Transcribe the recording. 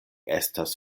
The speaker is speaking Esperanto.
estas